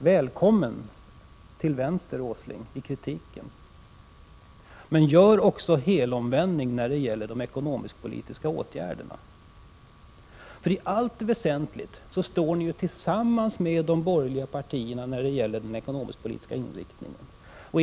Välkommen till vänster, Åsling — i kritiken. Men gör då också en helomvändning när det gäller de ekonomiskpolitiska åtgärderna. I allt väsentligt står ni tillsammans med de borgerliga partierna när det gäller den ekonomisk-politiska inriktningen.